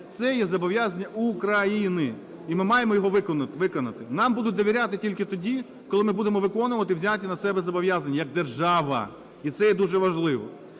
Це є зобов'язання України, і ми маємо його виконати. Нам будуть довіряти тільки тоді, коли ми будемо виконувати взяті на себе зобов'язання як держава. І це є дуже важливо.